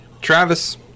Travis